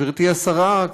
גברתי השרה,